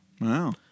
Wow